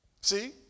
See